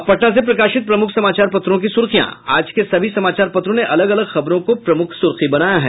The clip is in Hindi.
अब पटना से प्रकाशित प्रमुख समाचार पत्रों की सुर्खियां आज के सभी समाचार पत्रों ने अलग अलग खबरों को प्रमुख सुर्खी बनाया है